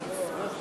הצעת חוק